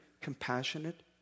compassionate